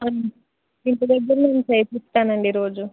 ఇంటి దగ్గరలో ప్రయత్నిస్తాను అండి రోజు